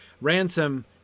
Ransom